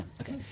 okay